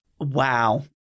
Wow